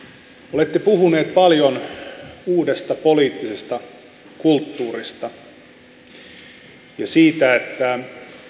olette puhuneet paljon uudesta poliittisesta kulttuurista ja siitä että